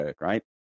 right